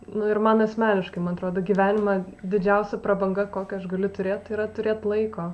nu ir man asmeniškai man atrodo gyvenime didžiausia prabanga kokią aš galiu turėt yra turėt laiko